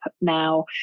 now